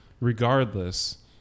regardless